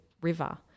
river